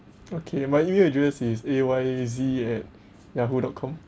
okay my email address is a y z at yahoo dot com